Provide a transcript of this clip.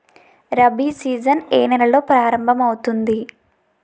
Rabi season ఏ నెలలో ప్రారంభమౌతుంది?